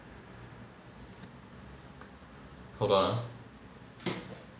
hold on ah